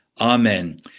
Amen